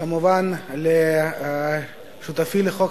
כמובן לשותפתי לחוק,